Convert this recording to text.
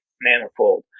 manifold